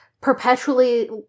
perpetually